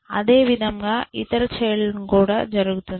అదేవిధంగా ఇతర చైల్డ్ లకు కూడా జరుగుతుంది